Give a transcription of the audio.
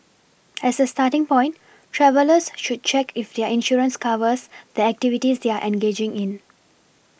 as a starting point travellers should check if their insurance covers the activities they are engaging in